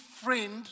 friend